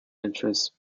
interest